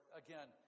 again